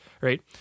right